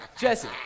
Jesse